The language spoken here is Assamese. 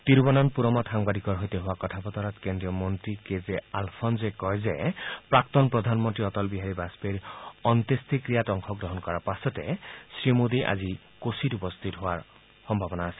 থিৰুৱনন্তপুৰমত সাংবাদিকৰ সৈতে হোৱা কথা বতৰাত কেন্দ্ৰীয় মন্ত্ৰী কে জে আলফ্নছে কয় যে প্ৰাক্তন প্ৰধানমন্ত্ৰী অটল বিহাৰী বাজপেয়ীৰ অন্তোষ্টিক্ৰিয়াত অংশগ্ৰহণ কৰাৰ পাছতে শ্ৰীমোডীয়ে আজি কোচীত উপস্থিত হোৱাৰ সম্ভাৱনা আছে